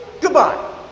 Goodbye